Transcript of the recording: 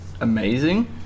Amazing